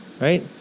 right